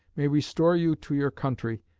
may restore you to your country,